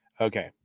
Okay